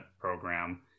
Program